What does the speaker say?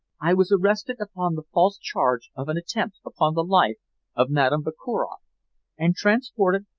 i was arrested upon the false charge of an attempt upon the life of madame vakuroff and transported,